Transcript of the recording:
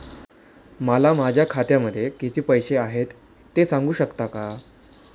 मला माझ्या खात्यामध्ये किती पैसे आहेत ते सांगू शकता का?